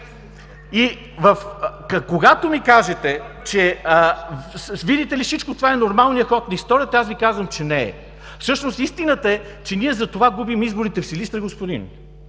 Когато ми кажете, че, видите ли, всичко това е нормалният ход на историята, аз Ви казвам, че не е. Всъщност истината е, че ние затова губим изборите в Силистра, господине.